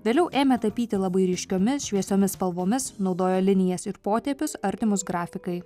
vėliau ėmė tapyti labai ryškiomis šviesiomis spalvomis naudojo linijas ir potėpius artimus grafikai